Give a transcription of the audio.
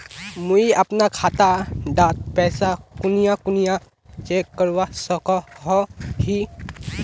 मुई अपना खाता डात पैसा कुनियाँ कुनियाँ चेक करवा सकोहो ही?